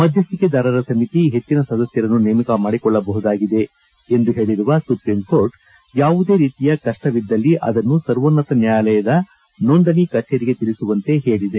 ಮಧ್ಯಸ್ಥಿಕೆದಾರರ ಸಮಿತಿ ಹೆಚ್ಚಿನ ಸದಸ್ಕರನ್ನು ನೇಮಕ ಮಾಡಿಕೊಳ್ಳಬಹುದಾಗಿದೆ ಎಂದೂ ಹೇಳಿರುವ ಸುಪ್ರೀಂಕೋರ್ಟ್ ಯಾವುದೇ ರೀತಿಯ ಕಷ್ಟ ಇದ್ದಲ್ಲಿ ಅದನ್ನು ಸರ್ವೋನ್ನಕ ನ್ಕಾಯಾಲಯದ ನೋಂದಣಿ ಕಚೇರಿಗೆ ತಿಳಿಸುವಂತೆ ಹೇಳಿದೆ